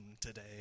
today